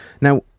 Now